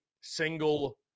single